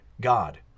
God